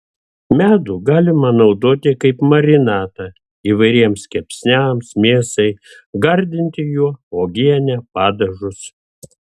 medų galima naudoti kaip marinatą įvairiems kepsniams mėsai gardinti juo uogienę padažus